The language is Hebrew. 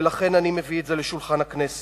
ולכן אני מביא את זה אל שולחן הכנסת,